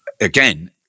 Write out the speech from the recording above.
again